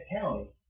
County